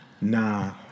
Nah